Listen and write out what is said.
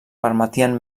permetien